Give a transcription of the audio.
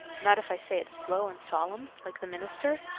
not if i say it slow and solemn, like the minister?